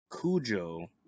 Cujo